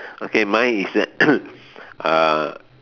okay mine is that uh